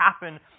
happen